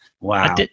Wow